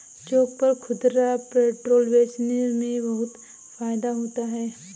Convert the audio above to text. चौक पर खुदरा पेट्रोल बेचने में बहुत फायदा होता है